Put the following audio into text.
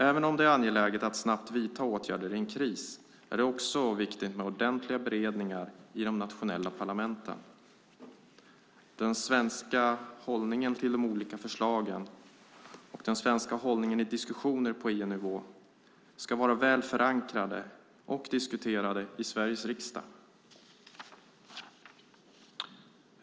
Även om det är angeläget att snabbt vidta åtgärder i en kris är det också viktigt med ordentliga beredningar i de nationella parlamenten. Den svenska hållningen till de olika förslagen och den svenska hållningen i diskussioner på EU-nivå ska vara väl förankrade och diskuterade i Sveriges riksdag.